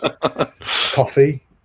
coffee